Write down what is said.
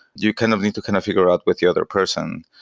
you kind of need to kind of figure out with the other person,